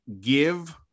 give